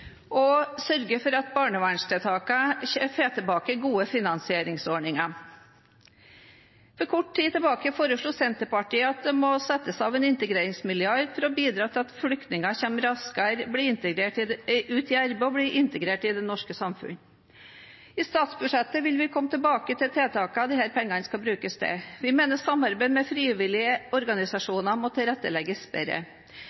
og sørge for at barnevernstiltakene får tilbake gode finansieringsordninger. For kort tid tilbake foreslo Senterpartiet at det må settes av en integreringsmilliard for å bidra til at flyktninger kommer raskere ut i arbeid og blir integrert i det norske samfunnet. I forbindelse med statsbudsjettet vil vi komme tilbake til tiltak disse pengene skal brukes til. Vi mener at samarbeidet med frivillige organisasjoner må tilrettelegges bedre.